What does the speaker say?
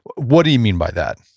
what do you mean by that?